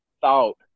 thought